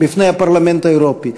בפני הפרלמנט האירופי.